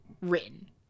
written